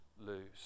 lose